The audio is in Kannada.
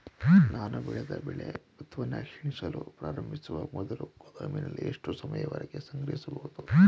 ನಾನು ಬೆಳೆದ ಬೆಳೆ ಉತ್ಪನ್ನ ಕ್ಷೀಣಿಸಲು ಪ್ರಾರಂಭಿಸುವ ಮೊದಲು ಗೋದಾಮಿನಲ್ಲಿ ಎಷ್ಟು ಸಮಯದವರೆಗೆ ಸಂಗ್ರಹಿಸಬಹುದು?